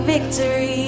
Victory